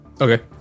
okay